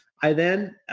by then,